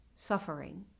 suffering